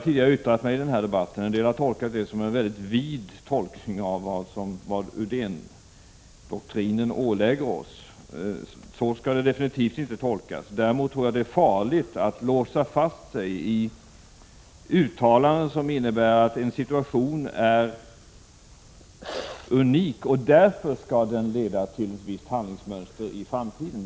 Tidigare yttranden från mig i debatten har en del uppfattat som en mycket vid tolkning av vad Undéndoktrinen ålägger oss. Så skall det definitivt inte tolkas. Däremot tror jag det är farligt att låsa fast sig vid uttalanden, som innebär att en situation är unik och därför skall leda till ett visst handlingsmönster i framtiden.